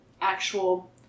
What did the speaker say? actual